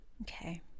okay